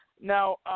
Now